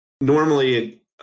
normally